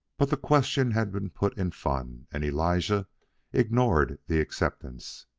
but the question had been put in fun, and elijah ignored the acceptance.